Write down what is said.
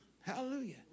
Hallelujah